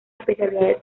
especialidades